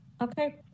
Okay